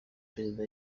perezida